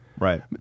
Right